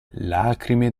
lacrime